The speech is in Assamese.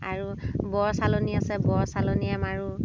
আৰু বৰ চালনী আছে বৰ চালনীয়ে মাৰোঁ